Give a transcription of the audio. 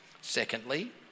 Secondly